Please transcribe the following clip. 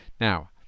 Now